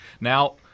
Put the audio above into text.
Now